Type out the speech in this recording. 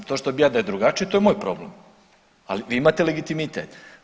To što bih ja da je drugačije to je moj problem, ali vi imate legitimitet.